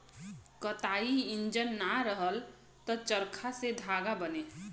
कताई इंजन ना रहल त चरखा से धागा बने